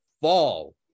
fall